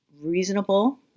reasonable